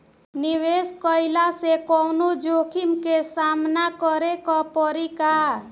निवेश कईला से कौनो जोखिम के सामना करे क परि का?